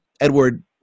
Edward